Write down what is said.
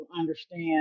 understand